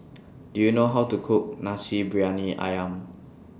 Do YOU know How to Cook Nasi Briyani Ayam